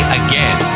again